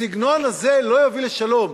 הסגנון הזה לא יוביל לשלום,